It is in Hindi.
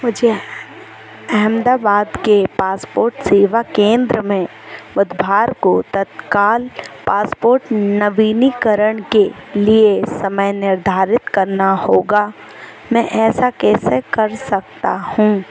मुझे अहमदाबाद के पासपोर्ट सेवा केन्द्र में बुद्धवार को तत्काल पासपोर्ट नवीनीकरण के लिए समय निर्धारित करना होगा मैं ऐसा कैसे कर सकता हूँ